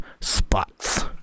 spots